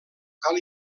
cal